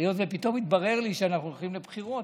היות שפתאום התברר לי שאנחנו הלכים לבחירות,